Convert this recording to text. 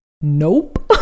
nope